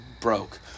broke